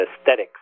aesthetics